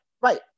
Right